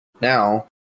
now